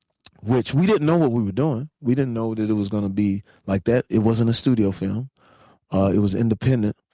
which we didn't know what we were doing. we didn't know that it it was gonna be like that. it wasn't a studio film it was independent.